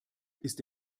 ist